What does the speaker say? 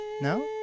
No